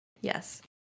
Yes